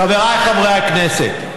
חבריי חברי הכנסת,